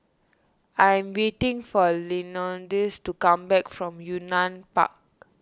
I am waiting for Leonidas to come back from Yunnan Park